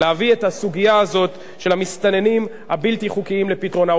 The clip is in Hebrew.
להביא את הסוגיה הזאת של המסתננים הבלתי-חוקיים לפתרונה.